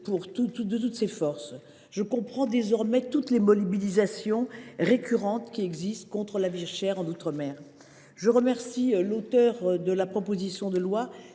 de toutes nos forces. Je comprends désormais toutes ces mobilisations récurrentes contre la vie chère dans ces territoires. Je remercie l’auteur de la proposition de loi,